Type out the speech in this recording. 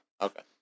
okay